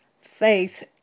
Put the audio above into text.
faith